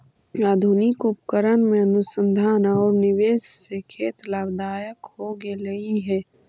आधुनिक उपकरण में अनुसंधान औउर निवेश से खेत लाभदायक हो गेलई हे